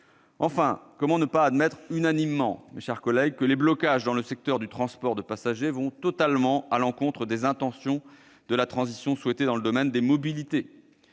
Enfin, comment de ne pas admettre unanimement que les blocages dans le secteur du transport de passagers vont totalement à l'encontre des intentions de la transition souhaitée dans le domaine des mobilités ?